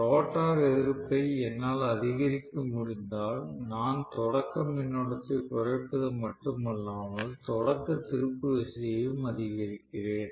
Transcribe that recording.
rotor எதிர்ப்பை என்னால் அதிகரிக்க முடிந்தால் நான் தொடக்க மின்னோட்டத்தை குறைப்பது மட்டுமல்லாமல் தொடக்க திருப்பு விசையையும் அதிகரிக்கிறேன்